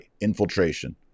Infiltration